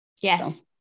Yes